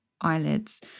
eyelids